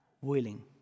willing